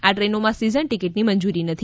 આ ટ્રેનોમાં સીઝન ટિકિટની મંજૂરી નથી